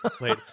Wait